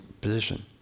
position